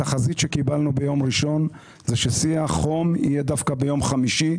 התחזית שקיבלנו ביום ראשון הייתה ששיא החום יהיה דווקא ביום חמישי,